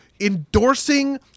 endorsing